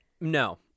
No